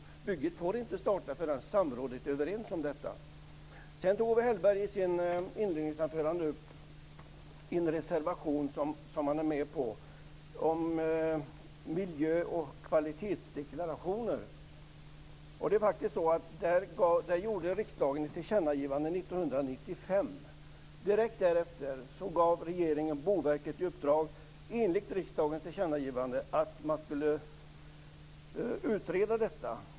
Bygget får inte starta förrän samrådet är överens om detta. I sitt inledningsanförande tog Owe Hellberg upp en reservation där han finns med och som handlar om miljö och kvalitetsdeklarationer. Riksdagen gjorde 1995 ett tillkännagivande. Direkt därefter gav regeringen Boverket i uppdrag, enligt riksdagens tillkännagivande, att man skulle utreda detta.